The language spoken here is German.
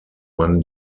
man